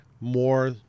more